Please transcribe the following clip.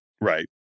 Right